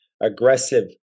aggressive